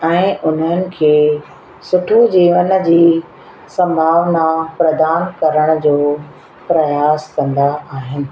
ऐं उन्हनि खे सुठे जीवन जी संभावना प्रदान करण जो प्रयास कंदा आहिनि